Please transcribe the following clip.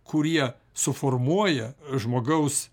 kurie suformuoja žmogaus